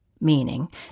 meaning